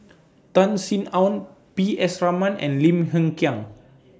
Tan Sin Aun P S Raman and Lim Hng Kiang